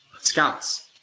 scouts